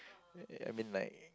I mean like